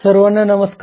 सर्वांना नमस्कार